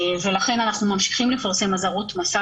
ולכן אנחנו ממשיכים לפרסם אזהרות מסע